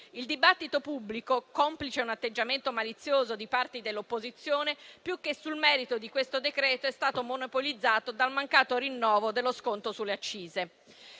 Il dibattito pubblico - complice un atteggiamento malizioso di parte dell'opposizione - più che sul merito di questo decreto-legge, è stato monopolizzato dal mancato rinnovo dello sconto sulle accise.